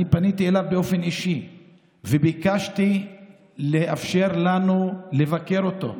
אני פניתי אליו באופן אישי וביקשתי לאפשר לנו לבקר אותו.